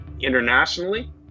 internationally